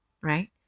right